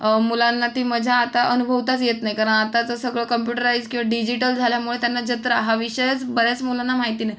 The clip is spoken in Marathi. मुलांना ती मजा आता अनुभवताच येत नाही कारण आताचं सगळं कम्प्युटराईज किंवा डिजिटल झाल्यामुळे त्यांना जत्रा हा विषयच बऱ्याच मुलांना माहिती नाही